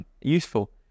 useful